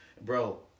Bro